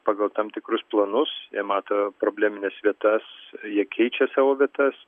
pagal tam tikrus planus mato problemines vietas jie keičia savo vietas